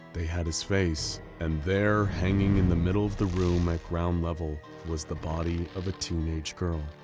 they had his face. and there, hanging in the middle of the room like room level, was the body of a teenage girl,